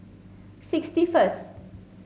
sixty first